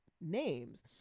names